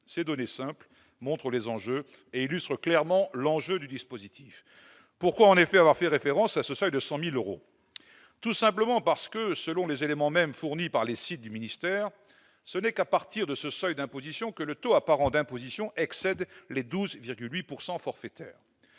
Ces données simples montrent les enjeux et illustrent clairement l'objectif du dispositif. Pourquoi faire référence à ce seuil de 100 000 euros ? Tout simplement parce que, selon les éléments fournis par les sites du ministère, ce n'est qu'à partir de ce seuil d'imposition que le taux apparent d'imposition excède les 12,8 % forfaitaires.